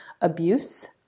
abuse